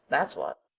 that's what.